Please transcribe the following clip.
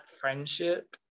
friendship